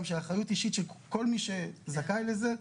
גם של אחריות אישית של כל מי שזכאי לזה.